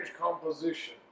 composition